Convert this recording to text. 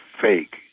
fake